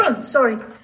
Sorry